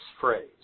phrase